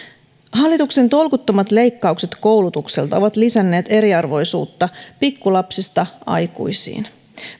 hallituksen tolkuttomat leikkaukset koulutukselta ovat lisänneet eriarvoisuutta pikkulapsista aikuisiin